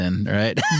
right